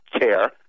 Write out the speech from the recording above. care